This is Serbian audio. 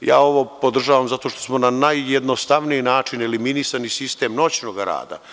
Ja ovo podržavam zato što smo na najjednostavniji način eliminisali sistem noćnog rada.